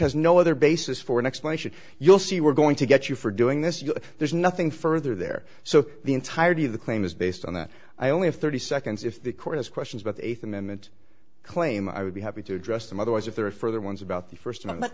has no other basis for an explanation you'll see we're going to get you for doing this you know there's nothing further there so the entirety of the claim is based on that i only have thirty seconds if the court has questions about the eighth amendment claim i would be happy to address them otherwise if there are further ones about the first